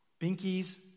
binkies